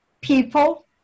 people